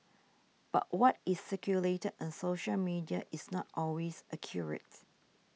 but what is circulated on social media is not always accurate